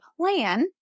plan